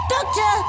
Doctor